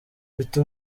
mfite